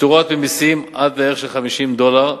פטורות ממסים עד לערך של 50 דולר,